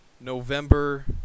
November